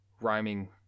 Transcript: Rhyming